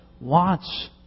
wants